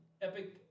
Epic